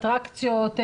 אטרקציות,